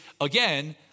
again